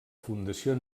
fundació